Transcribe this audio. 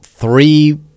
Three